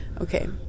okay